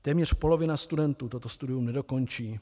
Téměř polovina studentů toto studium nedokončí.